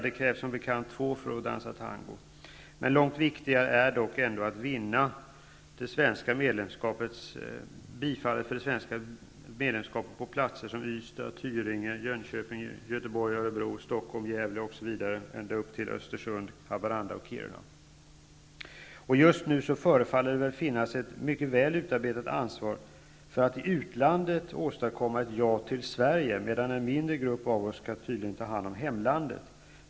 Det krävs som bekant två för att dansa tango. Men långt viktigare är ändå att vinna bifall för det svenska medlemskapet på platser som Ystad, Tyringe, Kiruna. Just nu förefaller det att finnas ett mycket väl utarbetat ansvar för att i utlandet åstadkomma ett ja till Sverige, medan en mindre grupp av oss tydligen skall ta hand om hemlandet.